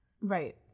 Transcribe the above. Right